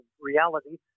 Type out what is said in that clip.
reality